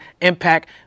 Impact